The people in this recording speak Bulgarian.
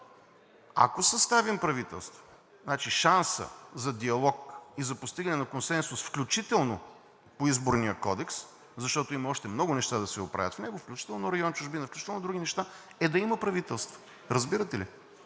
ако съставим правителство, шансът за диалог и за постигане на консенсус, включително по Изборния кодекс, защото има още много неща да се оправят в него, включително район „Чужбина“, включително други неща, е да има правителство, разбирате ли?